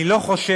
אני לא חושב